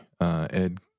Ed